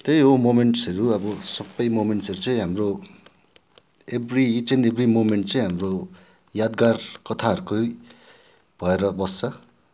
त्यही हो मोमेन्ट्सहरू अब सबै मोमेन्ट्सहरू चाहिँ हाम्रो every each and every moment चाहिँ हाम्रो यादगार कथाहरूकै भएर बस्छ